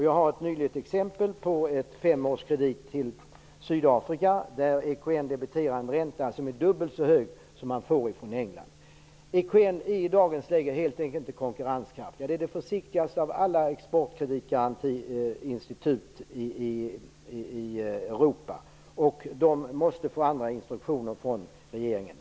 Jag har ett färskt exempel på en femårskredit till Sydafrika där EKN debiterar en ränta som är dubbelt så hög som den man får från England. EKN är i dagens läge helt enkelt inte konkurrenskraftig. Det är det försiktigaste av alla exportkreditgarantiinstitut i Europa. Man måste få andra instruktioner från regeringen.